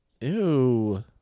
Ew